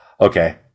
Okay